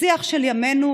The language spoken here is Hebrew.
בשיח של ימינו,